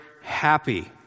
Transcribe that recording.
happy